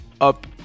Up